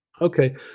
Okay